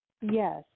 Yes